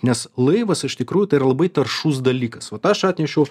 nes laivas iš tikrųjų yra labai taršus dalykas vot aš atnešiau